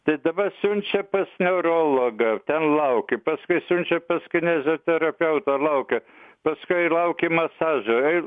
tai dabar siunčia pas neurologą ten lauki paskui siunčia pas kineziterapeutą laukia paskui lauki masažo ir